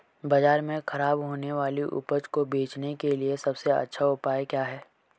बाजार में खराब होने वाली उपज को बेचने के लिए सबसे अच्छा उपाय क्या हैं?